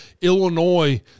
Illinois